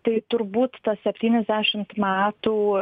tai turbūt tas septyniasdešimt metų